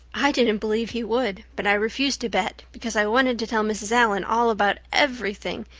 i didn't believe he would, but i refused to bet, because i wanted to tell mrs. allan all about everything,